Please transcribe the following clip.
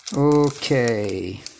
Okay